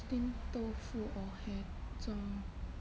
steam 豆腐 or hei zho